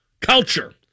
culture